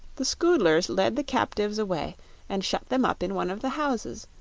the scoodlers led the captives away and shut them up in one of the houses,